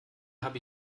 habe